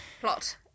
Plot